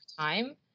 time